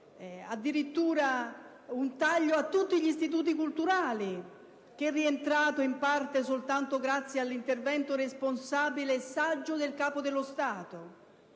addirittura un taglio a tutti gli istituti culturali, rientrato in parte soltanto grazie all'intervento, responsabile e saggio, del Capo dello Stato;